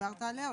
שדיברת עליה.